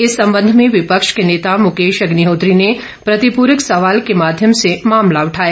इस सम्बंध में विपक्ष के नेता मुकेश अग्निहोत्री ने प्रतिपूरक सवाल के माध्यम से मामला उठाया